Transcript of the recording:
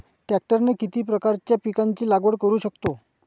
ट्रॅक्टरने किती प्रकारच्या पिकाची लागवड करु शकतो?